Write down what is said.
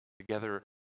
together